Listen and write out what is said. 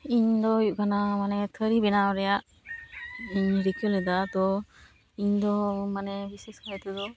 ᱤᱧ ᱫᱚ ᱦᱩᱭᱩᱜ ᱠᱟᱱᱟ ᱢᱟᱱᱮ ᱛᱷᱟᱹᱨᱤ ᱵᱮᱱᱟᱣ ᱨᱮᱭᱟᱜ ᱤᱧ ᱨᱤᱠᱟᱹ ᱞᱮᱫᱟ ᱛᱚ ᱤᱧ ᱫᱚ ᱢᱟᱱᱮ ᱵᱤᱥᱮᱥ ᱠᱟᱭ ᱛᱮᱫᱚ